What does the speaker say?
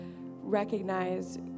recognize